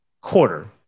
quarter